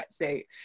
wetsuit